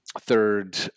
third